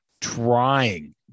trying